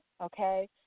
okay